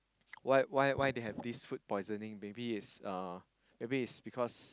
why why why they have this food poisoning maybe is uh maybe it's because